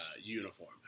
uniform